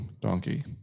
donkey